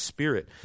Spirit